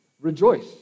rejoice